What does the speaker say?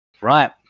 right